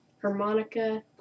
harmonica